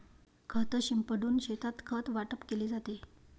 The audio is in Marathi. खत शिंपडून शेतात खत वाटप केले जाते